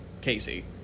casey